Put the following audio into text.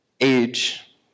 age